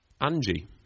Angie